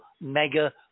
mega